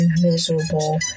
miserable